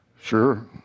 Sure